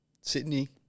Sydney